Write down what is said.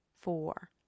four